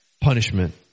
punishment